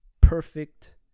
perfect